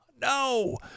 No